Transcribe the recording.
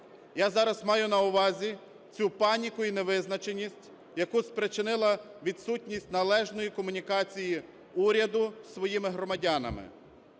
Я зараз маю на увазі цю паніку і невизначеність, яку спричинила відсутність належної комунікації уряду із своїми громадянами.